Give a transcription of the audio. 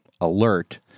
alert